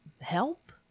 help